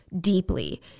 deeply